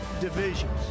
divisions